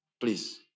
Please